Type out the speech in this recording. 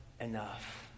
enough